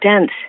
dense